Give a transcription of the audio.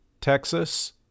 Texas